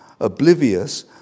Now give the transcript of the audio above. oblivious